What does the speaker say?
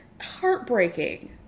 heartbreaking